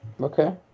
okay